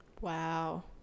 Wow